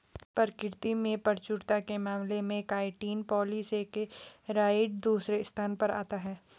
प्रकृति में प्रचुरता के मामले में काइटिन पॉलीसेकेराइड दूसरे स्थान पर आता है